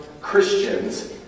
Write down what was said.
Christians